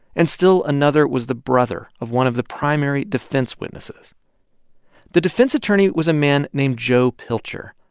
and still another was the brother of one of the primary defense witnesses the defense attorney was a man named joe pilcher.